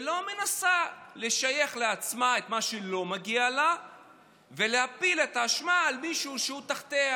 ולא מנסה לשייך לעצמה את מה שלא מגיע לה ולהפיל את האשמה על מי שתחתיה.